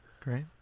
Great